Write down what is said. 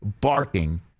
barking